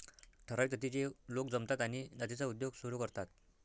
ठराविक जातीचे लोक जमतात आणि जातीचा उद्योग सुरू करतात